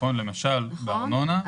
דמי אבטלה לא מוצדקים